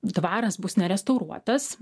dvaras bus nerestauruotas